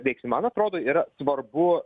veiks man atrodo yra svarbu